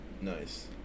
Nice